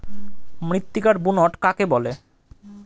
মৃত্তিকার বুনট কাকে বলে?